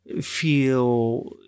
feel